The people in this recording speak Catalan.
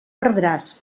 perdràs